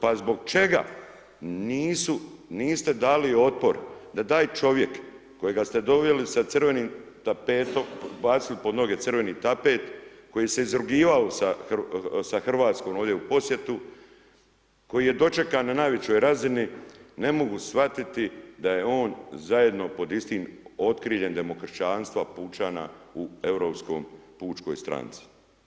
Pa zbog čega nisu, niste dali otpor da taj čovjek kojega ste doveli sa crvenim tapetom, bacili pod noge crveni tapet koji je izrugivao sa Hrvatskom ovdje u posjetu, koji je dočekan na najvećoj razini ne mogu shvatiti da je on zajedno po istim okriljem demokršćanstva, pučana u Europskoj pučkoj stranci.